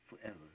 forever